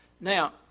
Now